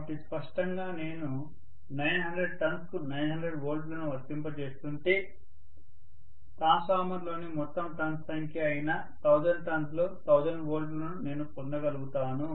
కాబట్టి స్పష్టంగా నేను 900 టర్న్స్ కు 900 వోల్టులను వర్తింపజేస్తుంటే ట్రాన్స్ఫార్మర్లోని మొత్తం టర్న్స్ సంఖ్య అయిన 1000 టర్న్స్ లో 1000 వోల్ట్లను నేను పొందగలుగుతాను